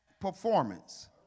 performance